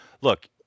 look